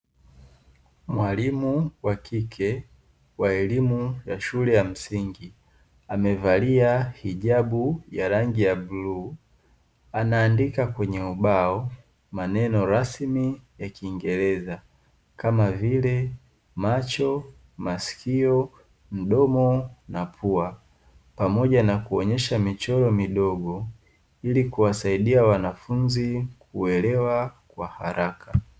Mwalimu wa kike wa elimu ya shule ya msingi amevalia hijabu yenye rangi ya bluu, anaandika kwenye ubao maneno rasmi ya kingereza kama vile macho, maskio, mdomo na pua pamoja na kuonesha michoro midogo ili kuwasaidia wanafunzi kuelewa kwa haraka.